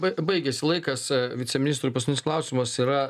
bai baigėsi laikas viceministrui paskutinis klausimas yra